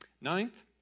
Ninth